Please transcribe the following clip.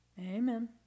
Amen